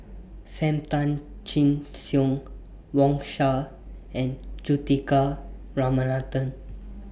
SAM Tan Chin Siong Wang Sha and Juthika Ramanathan